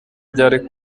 ryari